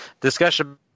discussion